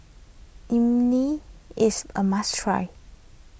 Imoni is a must try